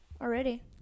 already